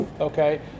okay